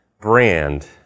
brand